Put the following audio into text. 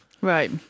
Right